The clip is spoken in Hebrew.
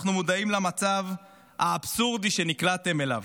אנחנו מודעים למצב האבסורדי שנקלעתם אליו,